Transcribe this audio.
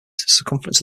circumference